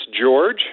George